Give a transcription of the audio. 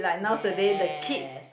yes